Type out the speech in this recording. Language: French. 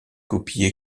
copies